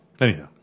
Anyhow